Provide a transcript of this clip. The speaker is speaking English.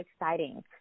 exciting